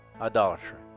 idolatry